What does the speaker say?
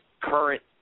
current